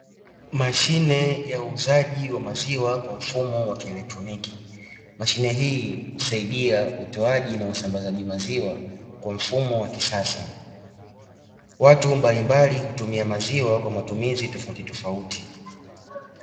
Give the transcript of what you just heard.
Mashine ya uuzaji wa maziwa kwa mfumo wa kielektroniki, mashine hii husaidia utoaji na usambazaji maziwa kwa mfumo wa kisasa, watu mbalimbali hutumia maziwa kwa matumizi tofautitofauti.